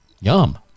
Yum